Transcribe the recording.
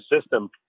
system